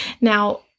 Now